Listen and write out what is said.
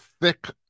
thick